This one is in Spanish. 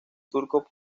turcos